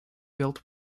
built